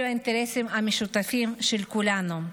אלו האינטרסים המשותפים של כולנו.